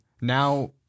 now